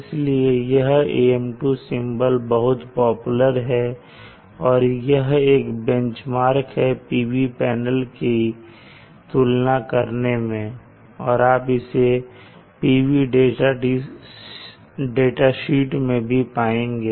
इसलिए यह AM2 symbol बहुत पॉपुलर है और एक बेंचमार्क है PV पैनल के तुलना करने में और आप इसे PV डाटाशीट में भी पाएंगे